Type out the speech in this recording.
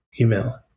email